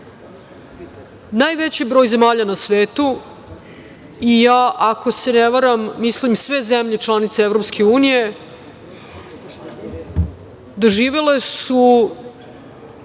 najveći broj zemalja na svetu i ja, ako se ne varam, mislim, sve zemlje članice Evropske unije doživele su